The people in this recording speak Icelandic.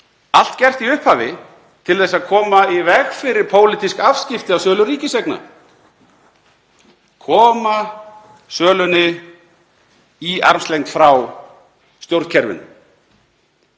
það gert í upphafi til að koma í veg fyrir pólitísk afskipti af sölu ríkiseigna og koma sölunni í armslengd frá stjórnkerfinu.